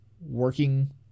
Working